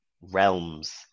realms